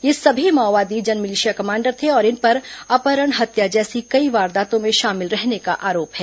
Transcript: ये सभी माओवादी जनमिलिशिया कमांडर थे और इन पर अपहरण हत्या जैसी कई वारदातों में शामिल रहने का आरोप है